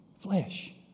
flesh